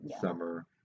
summer